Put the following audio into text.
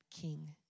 King